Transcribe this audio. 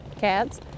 cats